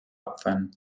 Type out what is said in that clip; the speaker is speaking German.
opfern